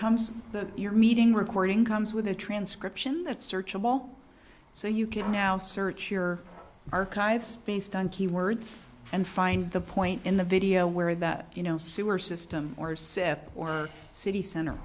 comes to your meeting recording comes with a transcription that's searchable so you can now search your archives based on keywords and find the point in the video where that you know sewer system or set or city center